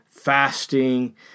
fasting